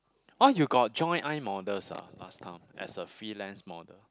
oh you got join iModels ah last time as a freelance model